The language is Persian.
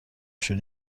شون